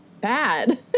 bad